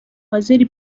حاضری